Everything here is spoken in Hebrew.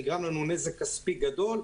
נגרם לנו נזק כספי גדול,